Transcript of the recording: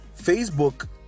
facebook